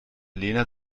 lena